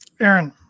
Aaron